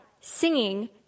singing